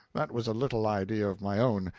that was a little idea of my own,